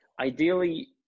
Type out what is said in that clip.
Ideally